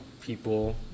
people